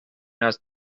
است